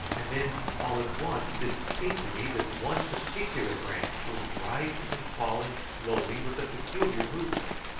and then all at once it seemed to me that one particular branch was rising and falling slowly with a peculiar movement.